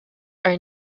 are